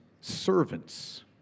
servants